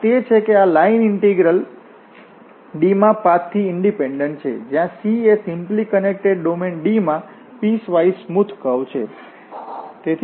આ તે છે કે આ લાઇન ઇન્ટીગ્રલ D માં પાથ થી ઇન્ડીપેંડન્ટ છે જ્યાં C એ સિમ્પલી કનેકટેડ ડોમેન D માં પીસ વાઇસ સ્મૂથ કર્વ છે